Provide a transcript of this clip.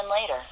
later